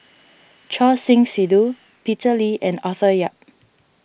Choor Singh Sidhu Peter Lee and Arthur Yap